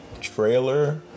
trailer